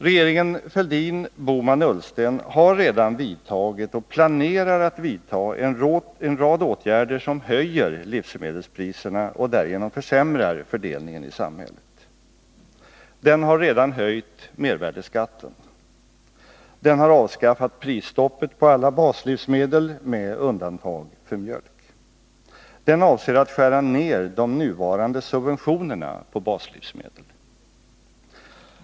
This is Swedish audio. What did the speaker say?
Regeringen Fälldin-Bohman-Ullsten har redan vidtagit och planerar att vidta en rad åtgärder som höjer livsmedelspriserna och därigenom försämrar fördelningen i samhället. Den har redan höjt mervärdeskatten. Den har avskaffat prisstoppet på alla baslivsmedel med undantag för mjölk. Den avser att skära ned de nuvarande subventionerna på baslivsmedel.